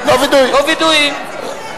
וידויים.